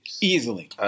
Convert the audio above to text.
Easily